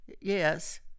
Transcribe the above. Yes